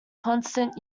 constant